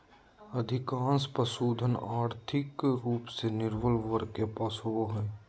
अधिकांश पशुधन, और्थिक रूप से निर्बल वर्ग के पास होबो हइ